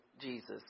Jesus